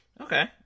Okay